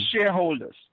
shareholders